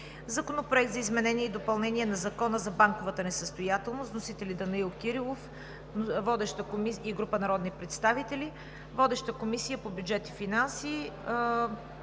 Законопроект за изменение и допълнение на Закона за банковата несъстоятелност. Вносители: Данаил Кирилов и група народни представители. Водеща е Комисията по бюджет и финанси.